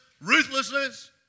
ruthlessness